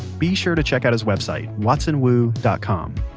be sure to check out his website watsonwu dot com.